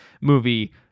movie